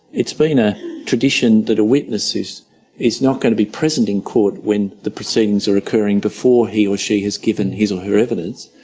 it's been a tradition that a witness is is not going to be present in court when the proceedings are occurring before he or she has given his or her evidence.